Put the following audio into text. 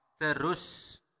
Terus